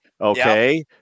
okay